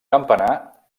campanar